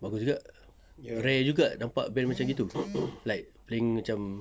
bagus juga rare juga nampak band macam gitu like playing macam